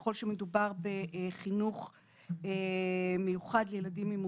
ככל שמדובר בחינוך מיוחד לילדים עם מוגבלות.